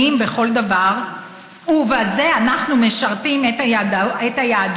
בכל דבר ובזה אנחנו משרתים את היהדות,